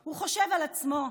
הוא חושב על עצמו.